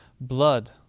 Blood